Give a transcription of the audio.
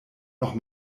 noch